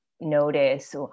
notice